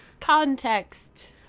context